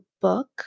book